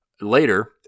later